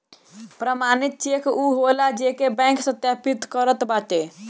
प्रमाणित चेक उ होला जेके बैंक सत्यापित करत बाटे